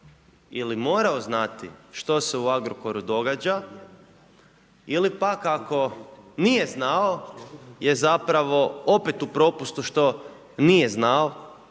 ili morao znati što se u Agrokoru događa ili pak ako nije znao je zapravo opet u propustu što nije znao,